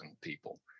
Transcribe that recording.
people